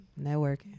networking